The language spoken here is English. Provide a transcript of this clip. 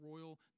royal